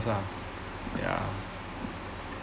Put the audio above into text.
ah ya